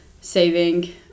saving